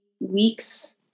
weeks